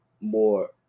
more